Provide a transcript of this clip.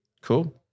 cool